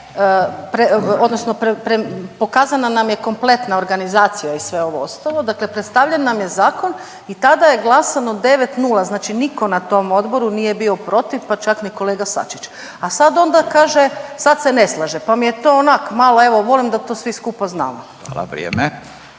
odnosno pokazana nam je kompletna organizacija i sve ovo ostalo. Dakle, predstavljen nam je zakon i tada je glasano 9:0. Znači nitko na tom odboru nije bio protiv, pa čak ni kolega Sačić, a sad onda kaže sad se ne slaže pa mi je to onak' malo evo volim da to svi skupa znamo. **Radin,